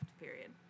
Period